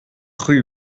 rue